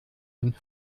und